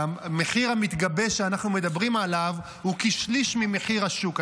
המחיר המתגבש שאנחנו מדברים עליו הוא כשליש ממחיר השוק.